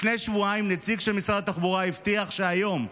לפני שבועיים נציג של משרד התחבורה הבטיח שהיום,